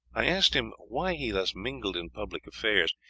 i asked him why he thus mingled in public affairs.